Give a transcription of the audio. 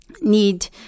need